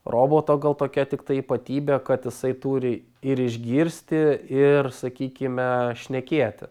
roboto gal tokia tiktai ypatybė kad jisai turi ir išgirsti ir sakykime šnekėti